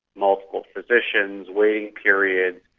multiple physicians, waiting periods,